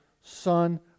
Son